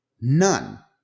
none